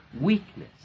weakness